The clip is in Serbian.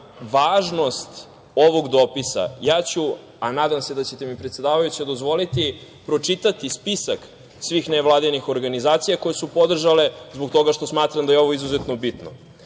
na važnost ovog dopisa, ja ću, a nadam se da ćete mi, predsedavajući, dozvoliti, pročitati spisak svih nevladinih organizacija koje su podržale, zbog toga što smatram da je ovo izuzetno bitno: